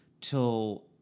till